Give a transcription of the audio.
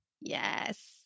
Yes